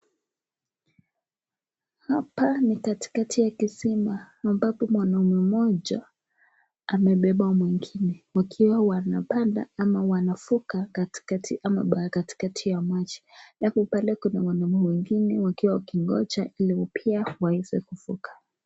Hapa ni katikati ya kisima, ambapo mwanaume mmoja amebeba mwengine, wakiwa wanapanda ama wanavuka baa ama katikati ya maji japo pale luna wanaume wengine, wakiwa wakingoja ili pia waweze kuvuka.